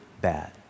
bad